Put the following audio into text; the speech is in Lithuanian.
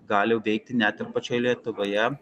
gali veikti net ir pačioje lietuvoje